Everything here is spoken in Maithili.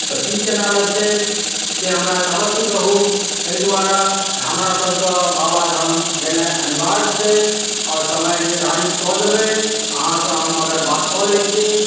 तऽ कि कोना लगतै से हमरा अवश्य कहू एहि दुआरे जे हमरासबके बाबाधाम जेनाइ अनिवार्य छै आओर समय निर्धारित कऽ देबै अहाँसँ हम अगर बात कऽ लै छी